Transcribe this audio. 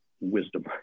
wisdom